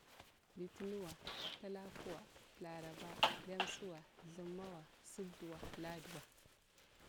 Litinuwa, talakuwa, laraba, lemsuwa, thimawa, supduwa, laduwa